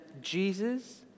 Jesus